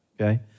okay